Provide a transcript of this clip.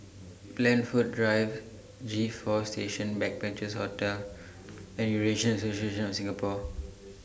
Blandford Drive G four Station Backpackers Hostel and Eurasian Association of Singapore